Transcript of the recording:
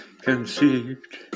conceived